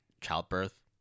childbirth